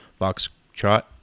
Foxtrot